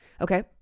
Okay